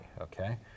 Okay